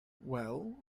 well